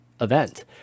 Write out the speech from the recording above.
event